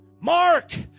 Mark